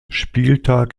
spieltag